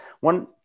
One